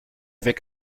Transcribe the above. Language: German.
weg